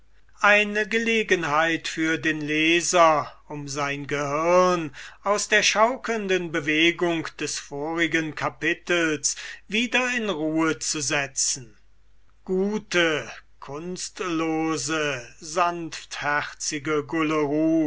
eine gelegenheit für den leser um sein gehirn aus der schaukelnden bewegung des vorigen kapitels wieder in ruhe zu setzen gute kunstlose sanftherzige